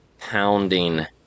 pounding